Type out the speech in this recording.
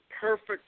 perfect